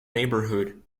neighborhood